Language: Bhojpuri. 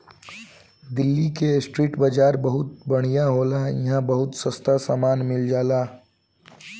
दिल्ली के स्ट्रीट बाजार बहुत बढ़िया होला इहां बहुत सास्ता में सामान मिल जाला